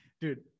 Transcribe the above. dude